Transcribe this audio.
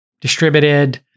distributed